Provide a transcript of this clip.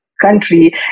country